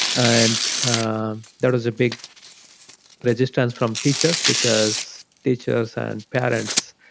and um there was a big resistance from teachers because, teachers and parents,